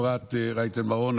אפרת רייטן מרום,